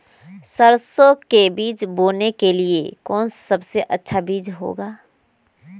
सरसो के बीज बोने के लिए कौन सबसे अच्छा बीज होगा?